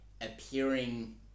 appearing